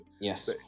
Yes